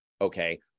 Okay